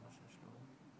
כמו שאומרות אצלנו.